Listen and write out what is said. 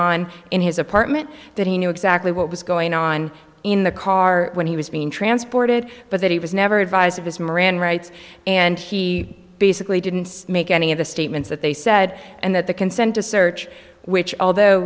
on in his apartment that he knew exactly what was going on in the car when he was being transported but that he was never advised of his miranda rights and he basically didn't make any of the statements that they said and that the consent to search which although